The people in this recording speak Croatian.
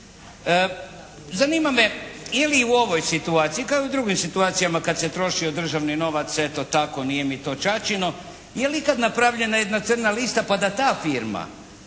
Zanima me je li i u ovoj situaciji kao i u drugim situacijama kad se trošio državni novac, eto tako, nije mi to čačino, je li ikad napravljena jedna crna lista pa da ta firma